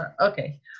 okay